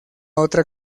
otra